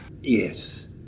Yes